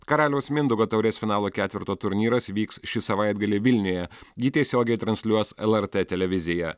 karaliaus mindaugo taurės finalo ketverto turnyras vyks šį savaitgalį vilniuje jį tiesiogiai transliuos lrt televizija